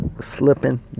slipping